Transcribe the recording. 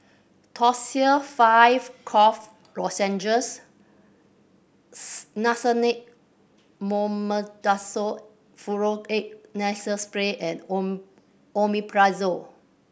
Tussils Five Cough Lozenges Nasone Mometasone Furoate Nasal Spray and O Omeprazole